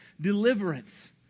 deliverance